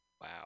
Wow